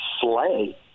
slay